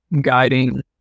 guiding